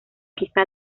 quizá